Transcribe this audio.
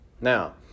Now